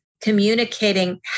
Communicating